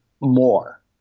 more